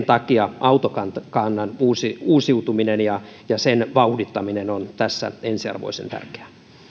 takia autokannan uusiutuminen ja ja sen vauhdittaminen on tässä ensiarvoisen tärkeää